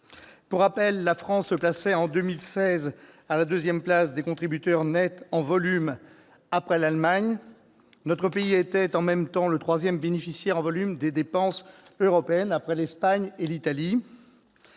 Pour rappel, la France se plaçait en 2016 à la deuxième place des contributeurs nets en volume, après l'Allemagne. Notre pays était, dans le même temps, le troisième bénéficiaire en volume des dépenses européennes, après l'Espagne et l'Italie.